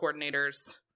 coordinators